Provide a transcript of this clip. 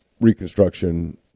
reconstruction